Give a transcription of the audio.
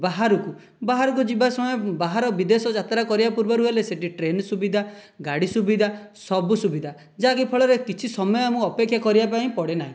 ବାହାରକୁ ବାହାରକୁ ଯିବା ସମୟରେ ବାହାର ବିଦେଶ ଯାତ୍ରା କରିବା ପୂର୍ବରୁ ହେଲେ ସେଇଠି ଟ୍ରେନ୍ ସୁବିଧା ଗାଡ଼ି ସୁବିଧା ସବୁ ସୁବିଧା ଯାହାକି ଫଳରେ କିଛି ସମୟ ଆମକୁ ଅପେକ୍ଷା କରିବା ପାଇଁ ପଡ଼େନାହିଁ